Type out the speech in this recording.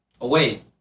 away